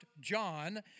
John